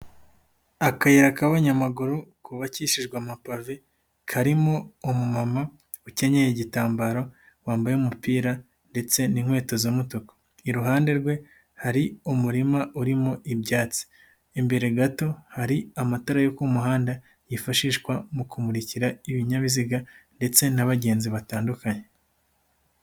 Akayira k'abanyamaguru kubabakishijwe amapave, karimo umu mama ukenkeye igitambaro, wambaye umupira, ndetse n'inkweto z'umutuku, iruhande rwe hari umurima urimo ibyatsi. Imbere gato hari amatara yo ku muhanda, yifashishwa mu kumurikira ibinyabiziga, ndetse n'abagenzi batandukanye.